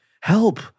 Help